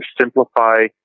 simplify